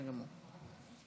ביום שלמוחרת המצור על ירושלים,